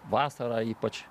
vasarą ypač